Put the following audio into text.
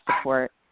support